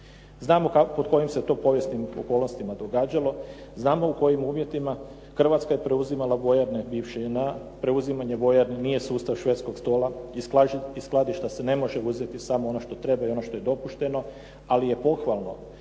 Znamo pod kojim se to povijesnim okolnostima događalo, znamo u kojim uvjetima Hrvatska je preuzimala vojarne bivše JNA. Preuzimanje vojarni nije sustav švedskog stola. Iz skladišta se ne može uzeti samo ono što treba i ono što je dopušteno, ali je pohvalno